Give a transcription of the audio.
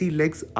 legs